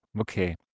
Okay